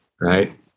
right